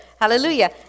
Hallelujah